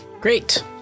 Great